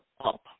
up